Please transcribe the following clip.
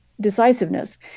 decisiveness